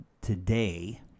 today